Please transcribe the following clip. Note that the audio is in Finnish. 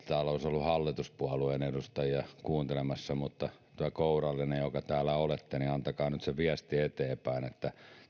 olisi ollut hallituspuolueiden edustajia kuuntelemassa mutta te kourallinen jotka täällä olette antakaa nyt se viesti eteenpäin että